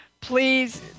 Please